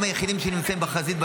הם היחידים שנמצאים בחזית,